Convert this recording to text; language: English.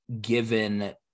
given